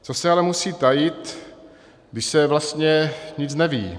Co se ale musí tajit, když se vlastně nic neví?